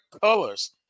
colors